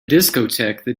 discotheque